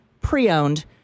pre-owned